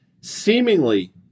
seemingly